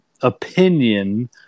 opinion